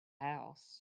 house